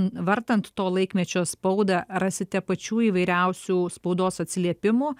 vartant to laikmečio spaudą rasite pačių įvairiausių spaudos atsiliepimų